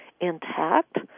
intact